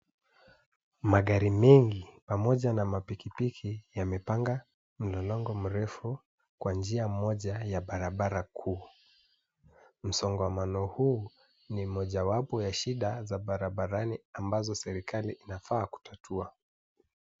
Magari mengi pamoja na mapikipiki yamepanga mlolongo mrefu kwa njia moja ya barabara kuu. Msongamano huu ni mojawapo wa shida za barabarani ambazo serikali inafaa kutatua.